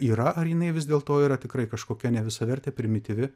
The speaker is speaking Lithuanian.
yra ar jinai vis dėlto yra tikrai kažkokia nevisavertė primityvi